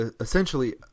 essentially